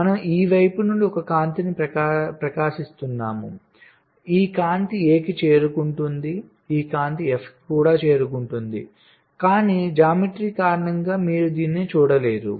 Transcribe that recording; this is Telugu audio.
మనం ఈ వైపు నుండి ఒక కాంతిని ప్రకాశిస్తున్నాము ఈ కాంతి A కి చేరుకుంటుంది ఈ కాంతి F కి కూడా చేరుకుంటుంది కానీ జ్యామితి కారణంగా మీరు దీనిని చూడలేరు